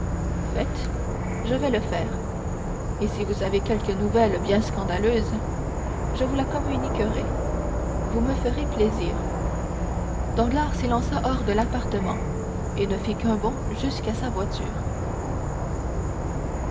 faites je vais le faire et si vous avez quelque nouvelle bien scandaleuse je vous la communiquerai vous me ferez plaisir danglars s'élança hors de l'appartement et ne fit qu'un bond jusqu'à sa voiture